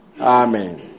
Amen